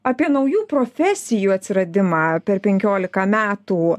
apie naujų profesijų atsiradimą per penkiolika metų